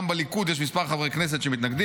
גם בליכוד יש כמה חברי כנסת שמתנגדים,